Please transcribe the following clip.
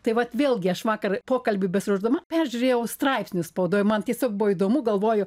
tai vat vėlgi aš vakar pokalbiui besiruošdama peržiūrėjau straipsnius spaudoje man tiesiog buvo įdomu galvoju